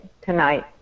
tonight